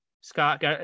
scott